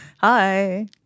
Hi